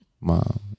Mom